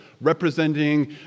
representing